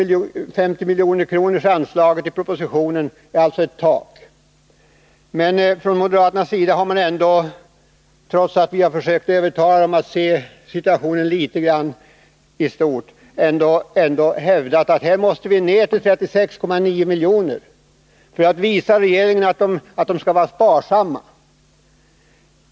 De 50 miljonerna är alltså ett tak. Men trots att vi har försökt övertala moderaterna att se situationen i stort har de ändå hävdat att anslaget måste ned till 36,9 miljoner för att visa regeringen att den skall vara sparsam.